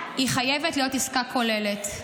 היא חייבת להיות עסקה כוללת.